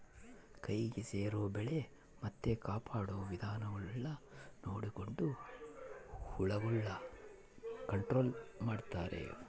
ಕೈಗೆ ಸೇರೊ ಬೆಳೆ ಮತ್ತೆ ಕಾಪಾಡೊ ವಿಧಾನಗುಳ್ನ ನೊಡಕೊಂಡು ಹುಳಗುಳ್ನ ಕಂಟ್ರೊಲು ಮಾಡ್ತಾರಾ